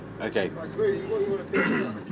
Okay